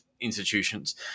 institutions